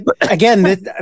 again